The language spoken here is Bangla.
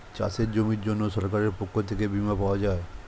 চাষের জমির জন্য সরকারের পক্ষ থেকে বীমা পাওয়া যায়